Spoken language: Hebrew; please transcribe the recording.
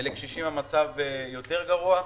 לקשישים המצב גרוע יותר.